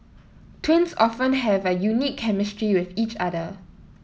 twins often have a unique chemistry with each other